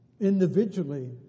individually